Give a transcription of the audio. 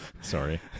Sorry